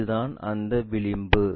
இது தான் அந்த விளிம்பு